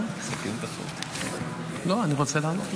לא, אני רוצה לענות לו.